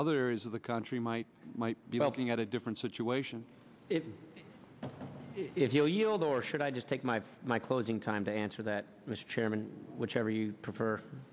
others of the country might might be helping out a different situation if you'll yield or should i just take my my closing time to answer that mr chairman whichever you prefer